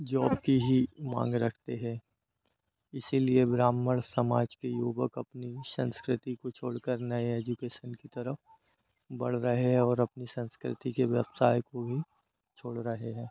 job की ही माँग रखते हैं इसीलिए ब्राह्मण समाज के युवक अपनी संस्कृति को छोड़ कर नए एजुकेशन की तरफ बढ़ रहे हैं और अपनी संस्कृति के व्यवसाय को ही छोड़ रहे हैं